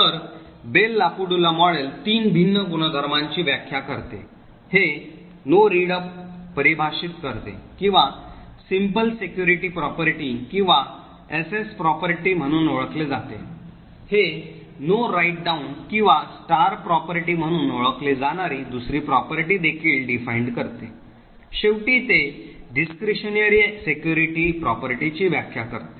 तर Bell LaPadula model तीन भिन्न गुणधर्मांची व्याख्या करते हे नो रीड अप परिभाषित करते किंवा सिंपल सिक्युरिटी प्रॉपर्टी किंवा एसएस प्रॉपर्टी म्हणून ओळखले जाते हे No Write Down किंवा स्टार प्रॉपर्टी म्हणून ओळखली जाणारी दुसरी property देखील परिभाषित करते आणि शेवटी ते Discretionary security property ची व्याख्या करते